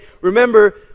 remember